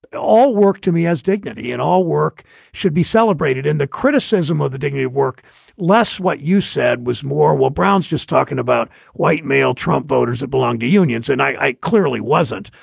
all work to me has dignity in all work should be celebrated in the criticism of the dignity work less what you said was more. while brown's just talking about white male trump voters that belong to unions. and i clearly wasn't.